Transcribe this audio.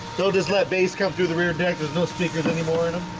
so just let base come through the rear deck there's, no speakers anymore and